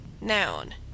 Noun